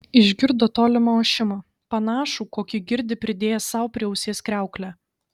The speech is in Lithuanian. išgirdo tolimą ošimą panašų kokį girdi pridėjęs sau prie ausies kriauklę